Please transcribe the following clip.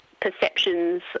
perceptions